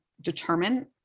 determine